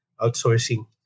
outsourcing